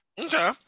Okay